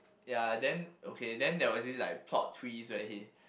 ya then okay then there was this like plot twist where he